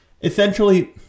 Essentially